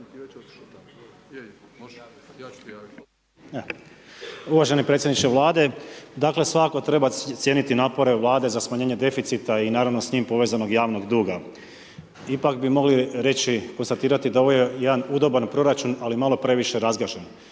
Uvaženi predsjedniče Vlade, dakle svako treba cijeniti napore Vlade za smanjenje deficita i naravno s njim povezanog javnog duga. Ipak bi mogli reći konstatirati da ovo je jedan udoban proračun ali malo previše razgažen.